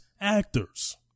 Actors